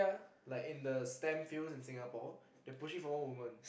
like in the stem fields in Singapore they push it for more women